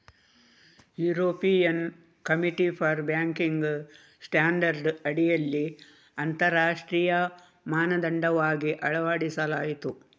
European committee for banking standard ಅಡಿಯಲ್ಲಿ ಅಂತರರಾಷ್ಟ್ರೀಯ ಮಾನದಂಡವಾಗಿ ಅಳವಡಿಸಲಾಯಿತು